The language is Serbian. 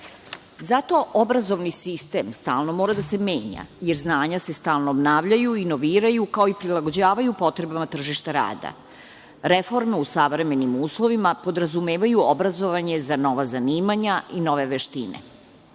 Zato obrazovni sistem stalno mora da se menja, jer znanja se stalno obnavljaju, inoviraju, kao i prilagođavaju potrebama tržišta rada. Reforme u savremenim uslovima podrazumevaju obrazovanje za nova zanimanja i nove veštine.